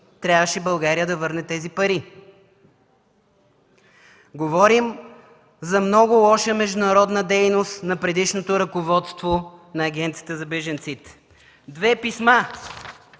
трябваше да върне тези пари. Говорим за много лоша международна дейност на предишното ръководство на Агенцията за бежанците. Две писма